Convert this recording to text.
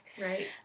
right